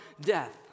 death